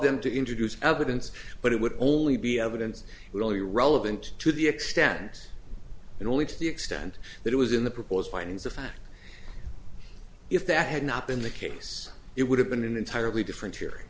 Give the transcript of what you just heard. them to introduce evidence but it would only be evidence but only relevant to the extent and only to the extent that it was in the proposed findings of fact if that had not been the case it would have been an entirely different the